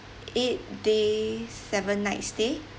eight days seven night stay